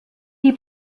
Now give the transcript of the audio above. die